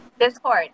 discord